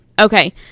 Okay